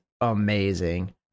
amazing